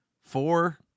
four